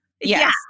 yes